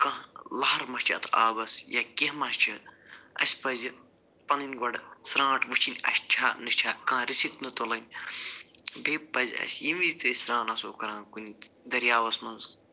کانٛہہ لَہَر ما چھِ اَتھ آبَس یا کیٚنہہ ما چھِ اَسہِ پَزِ پَنٕنۍ گۄڈٕ سرٛانٹھ وٕچھٕنۍ اَسہِ چھا نہ چھا کانٛہہ رِسِک نہ تُلٕنۍ بیٚیہِ پَزِ اَسہِ ییٚمہِ وِزِ تہِ أسۍ سرٛان آسو کران کُنہِ دریاوَس منٛز